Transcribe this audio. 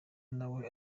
nawe